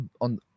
on